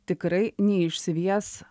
tikrai neišsvies